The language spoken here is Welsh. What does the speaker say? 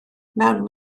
mewn